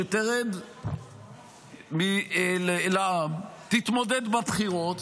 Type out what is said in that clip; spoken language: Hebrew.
שתרד לעם, ושתתמודד בבחירות.